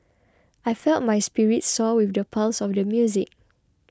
I felt my spirits soar with the pulse of the music